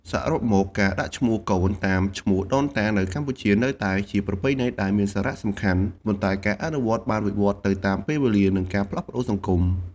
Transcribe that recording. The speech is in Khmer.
សរុបមក ការដាក់ឈ្មោះកូនតាមឈ្មោះដូនតានៅកម្ពុជា នៅតែជាប្រពៃណីដែលមានសារៈសំខាន់ ប៉ុន្តែការអនុវត្តន៍បានវិវត្តទៅតាមពេលវេលា និងការផ្លាស់ប្តូរសង្គម។